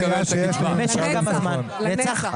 לנצח.